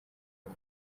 uko